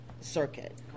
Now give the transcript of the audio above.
circuit